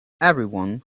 everyone